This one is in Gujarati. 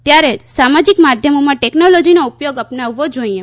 ત્યારે સામાજીક માધ્યમોમાં ટેકનોલોજીનો ઉપયોગ અપનાવવો જોઈએ